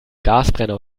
gasbrenner